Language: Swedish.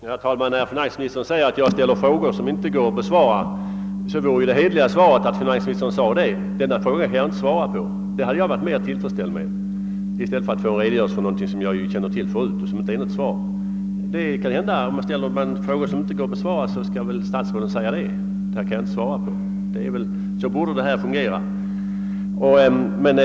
Herr talman! Finansministern anser att jag ställer frågor som inte går att besvara. Det hederligaste vore ju då att finansministern sade: »Denna fråga kan jag inte svara på.» Det hade jag varit mer tillfredsställd med än med en redogörelse för någonting som jag känner till förut. Om någon ställer en fråga som inte går att besvara bör vederbörande statsråd säga det; så borde frågeinstitutet fungera.